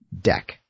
deck